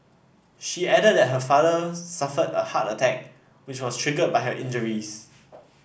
she added that her father suffered a heart attack which was triggered by his injuries